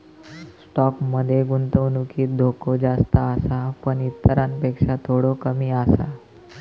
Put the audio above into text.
stock मध्ये गुंतवणुकीत धोको जास्त आसा पण इतरांपेक्षा थोडो कमी आसा